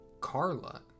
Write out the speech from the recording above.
Carla